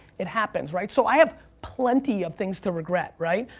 it happens, right? so i have plenty of things to regret, right?